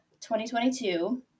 2022